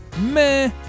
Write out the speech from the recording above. meh